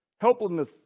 helplessness